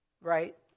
Right